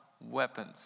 weapons